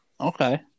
Okay